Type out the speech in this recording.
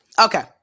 Okay